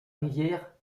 rivière